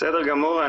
בסדר גמור.